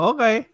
Okay